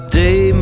day